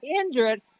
injured